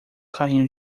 carrinho